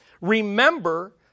Remember